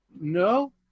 no